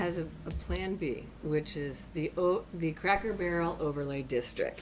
has a plan b which is the the cracker barrel overlay district